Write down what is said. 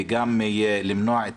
וגם למנוע את